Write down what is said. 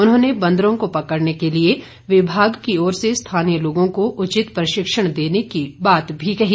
उन्होंने बंदरों को पकड़ने के लिए विभाग की ओर से स्थानीय लोगों को उचित प्रशिक्षण देने की बात भी कही